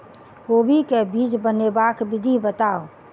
कोबी केँ बीज बनेबाक विधि बताऊ?